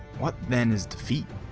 what then is defeat